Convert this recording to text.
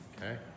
Okay